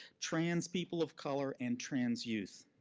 trans people of color and trans youth.